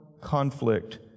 conflict